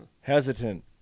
hesitant